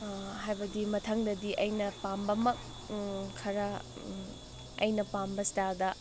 ꯍꯥꯏꯕꯗꯤ ꯃꯊꯪꯗꯗꯤ ꯑꯩꯅ ꯄꯥꯝꯕꯃꯛ ꯈꯔ ꯑꯩꯅ ꯄꯥꯝꯕ ꯏꯁꯇꯥꯏꯜꯗ